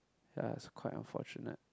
ya is quite unfortunate